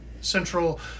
Central